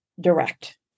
Direct